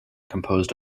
composed